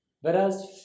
Whereas